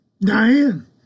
Diane